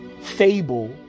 Fable